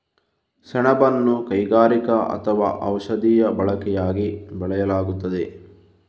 ಸೆಣಬನ್ನು ಕೈಗಾರಿಕಾ ಅಥವಾ ಔಷಧೀಯ ಬಳಕೆಯಾಗಿ ಬೆಳೆಯಲಾಗುತ್ತದೆ